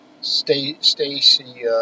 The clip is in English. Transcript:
Stacy